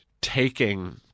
taking